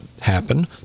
happen